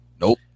Nope